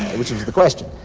which is the question.